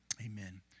Amen